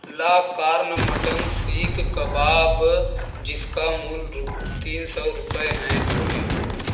ला कार्न मटन सीक कबाब जिसका मूल्य रू तीन सौ रूपये है जोड़ें